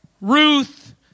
Ruth